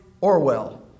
Orwell